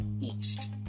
East